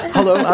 Hello